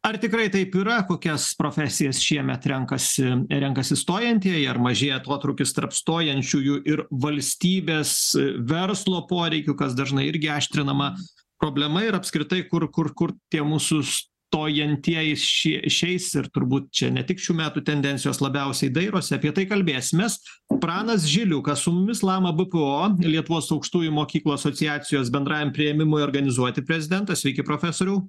ar tikrai taip yra kokias profesijas šiemet renkasi renkasi stojantieji ar mažėja atotrūkis tarp stojančiųjų ir valstybės verslo poreikių kas dažnai irgi aštrinama problema ir apskritai kur kur kur tie mūsų stojantieji šie šiais ir turbūt čia ne tik šių metų tendencijos labiausiai dairosi apie tai kalbėsimės pranas žiliukas su mumis lama bpo lietuvos aukštųjų mokyklų asociacijos bendrajam priėmimui organizuoti prezidentas sveiki profesoriau